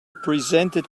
presented